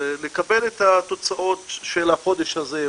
לקבל את התוצאות של החודש הזה,